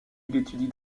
étudie